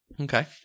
okay